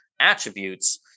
attributes